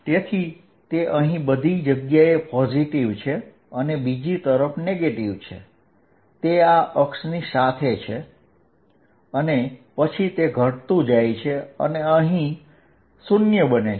તો તે અહીં બધી જગ્યાએ પોઝીટીવ છે અને બીજી તરફ નેગેટીવ છે તે આ અક્ષ પર સૌથી વધારે છે અને પછી તે ઘટતું જાય છે અને અહીં 0 બને છે